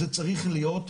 זה צריך להיות,